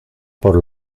por